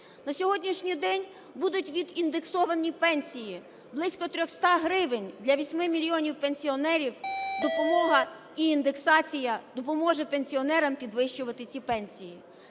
На сьогоднішній день будуть відіндексовані пенсії. Близько 300 гривень для 8 мільйонів пенсіонерів – допомога і індексація допоможе пенсіонерам підвищувати ці пенсії.